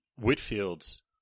Whitfield's